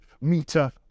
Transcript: meter